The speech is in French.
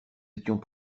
étions